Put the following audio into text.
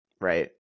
right